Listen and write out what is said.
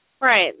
Right